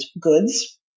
goods